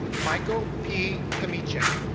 michael p. kamichek.